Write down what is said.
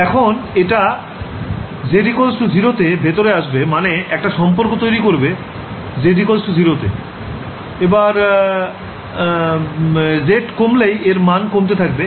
এখন এটা z0 তে ভেতরে আসবে মানে একটা সম্পর্ক তৈরি করবে z0 তে এবার z কমলেই এর মান কমতে থাকবে